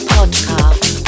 Podcast